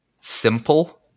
simple